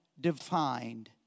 defined